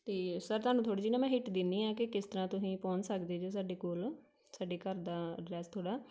ਅਤੇ ਸਰ ਤੁਹਾਨੂੰ ਥੋੜ੍ਹੀ ਜਿਹੀ ਨਾ ਮੈਂ ਹਿਟ ਦਿੰਦੀ ਹਾਂ ਕਿ ਕਿਸ ਤਰ੍ਹਾਂ ਤੁਸੀਂ ਪਹੁੰਚ ਸਕਦੇ ਜੇ ਸਾਡੇ ਕੋਲ ਸਾਡੇ ਘਰ ਦਾ ਅਡਰੈੱਸ ਥੋੜ੍ਹਾ